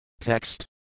Text